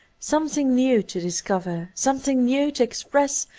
something new to discover, something new to express,